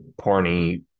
porny